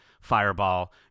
Fireball